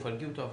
מפנקים אותו.